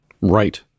Right